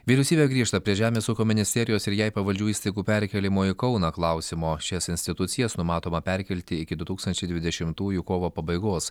vyriausybė grįžta prie žemės ūkio ministerijos ir jai pavaldžių įstaigų perkėlimo į kauną klausimo šias institucijas numatoma perkelti iki du tūkstančiai dvidešimtųjų kovo pabaigos